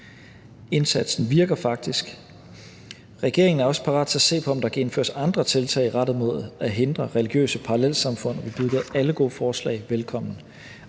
indsatsen virker faktisk. Regeringen er også parat til at se på, om der kan indføres andre tiltag rettet mod at hindre religiøse parallelsamfund, og vi byder alle gode forslag velkommen.